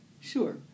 Sure